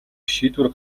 шийдвэр